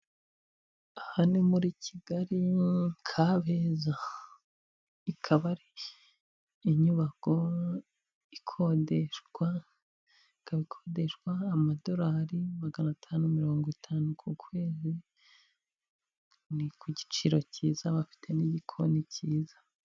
Aha ni muri igali kabeeza, ikaba ari inyubako ikodeshwa amadolari magana atanu mirongo itanu ku kwezi ni ku giciro cyiza bafite n'igikoni cyiza.